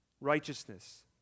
righteousness